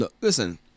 Listen